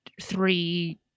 three